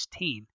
16